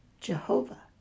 Jehovah